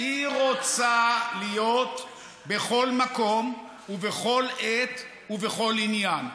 היא רוצה להיות בכל מקום ובכל עת ובכל עניין.